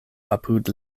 apud